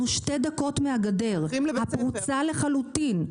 אנחנו שתי דקות מהגדר הפרוצה לחלוטין.